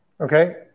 Okay